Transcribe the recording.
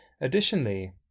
Additionally